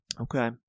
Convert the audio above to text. Okay